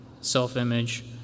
self-image